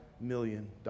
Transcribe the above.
million